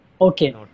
Okay